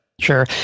Sure